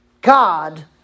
God